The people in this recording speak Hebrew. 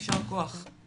יישר כוח.